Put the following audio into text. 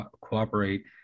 cooperate